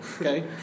Okay